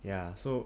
ya so